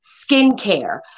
skincare